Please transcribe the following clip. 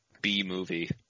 B-movie